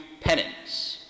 penance